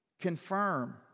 confirm